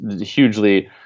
hugely